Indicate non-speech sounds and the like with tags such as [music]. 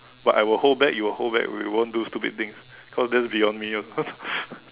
but I will hold back you will hold back we won't do stupid things cause that's beyond me of course [laughs]